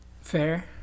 Fair